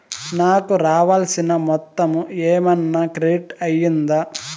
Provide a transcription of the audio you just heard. నాకు రావాల్సిన మొత్తము ఏమన్నా క్రెడిట్ అయ్యిందా